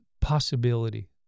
Possibility